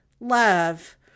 love